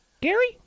Gary